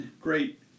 Great